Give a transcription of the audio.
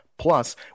Plus